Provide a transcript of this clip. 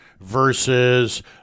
versus